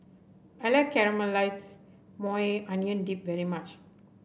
I like Caramelized Maui Onion Dip very much